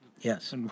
yes